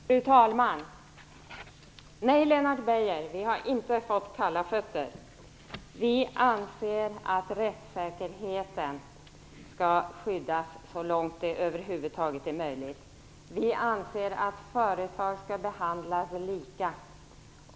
Fru talman! Nej, Lennart Beijer, vi har inte fått kalla fötter. Vi anser att rättssäkerheten skall skyddas så långt det över huvud taget är möjligt. Vi anser att företag skall behandlas lika.